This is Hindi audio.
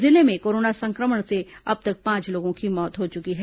जिले में कोरोना संक्रमण से अब तक पांच लोगों की मौत हो चुकी है